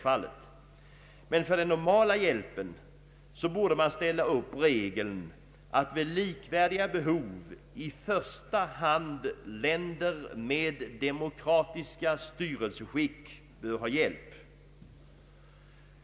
För den normala hjälpen borde man ställa upp regeln att vid likvärdiga behov i första hand länder med demokratiska styrelseskick bör ha hjälp.